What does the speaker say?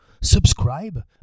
subscribe